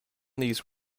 these